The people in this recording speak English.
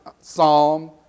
psalm